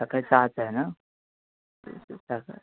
सकाळी सहाच आहे ना सहा